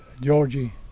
Georgie